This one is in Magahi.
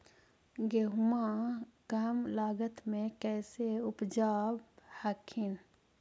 गेहुमा कम लागत मे कैसे उपजाब हखिन?